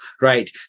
right